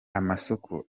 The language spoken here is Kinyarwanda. amasoko